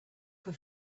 for